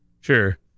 Sure